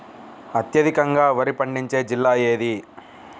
అత్యధికంగా వరి పండించే జిల్లా ఏది?